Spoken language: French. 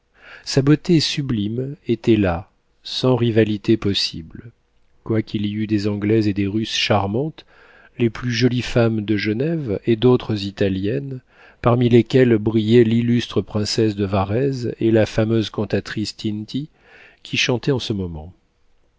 sa beauté sublime était là sans rivalité possible quoiqu'il y eût des anglaises et des russes charmantes les plus jolies femmes de genève et d'autres italiennes parmi lesquelles brillaient l'illustre princesse de varèse et la fameuse cantatrice tinti qui chantait en ce moment